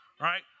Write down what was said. right